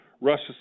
Russia